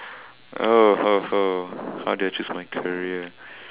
oh how do I choose my career